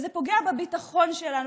זה פוגע בביטחון שלנו,